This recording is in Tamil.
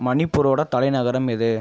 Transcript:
மணிப்பூரோடய தலைநகரம் எது